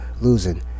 losing